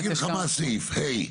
אני אגיד לך מה הסעיף, (ה).